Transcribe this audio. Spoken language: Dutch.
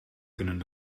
kunnen